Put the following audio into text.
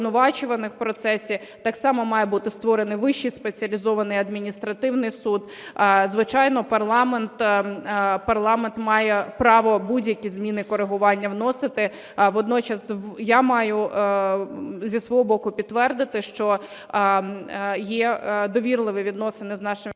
обвинувачуваних у процесі. Так само має бути створений Вищий спеціалізований адміністративний суд. Звичайно, парламент має право будь-які зміни коригування вносити, водночас я маю зі свого боку підтвердити, що є довірливі відносини з нашими… ГОЛОВУЮЧИЙ.